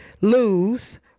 lose